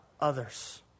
others